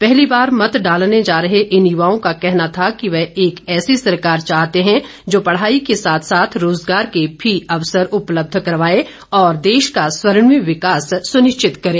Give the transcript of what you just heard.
पहली बार मत डालने जा रहे इन युवाओं का कहना था कि वह एक ऐसी सरकार चाहते हैं जो पढाई के साथ साथ रोजगार के भी अवसर उपलब्ध करवाए और देश का स्वर्णिम विकास सुनिश्चित करें